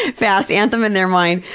fast anthem in their mind.